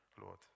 Lord